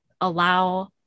allow